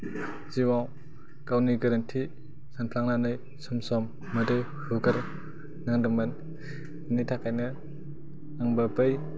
जिउआव गावनि गोरोन्थि सानफ्लांनानै सम सम मोदै हुगारना दंमोन बिनि थाखायनो आंबो बैनि